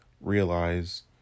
realize